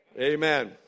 Amen